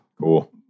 Cool